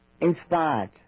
inspired